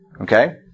Okay